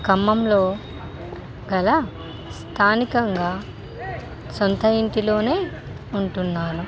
ఖమ్మంలో గల స్థానికంగా సొంత ఇంటిలోనే ఉంటున్నాను